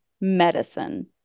medicine